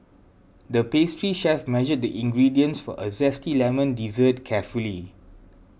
the pastry chef measured the ingredients for a Zesty Lemon Dessert carefully